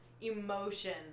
emotion